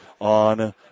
on